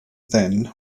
then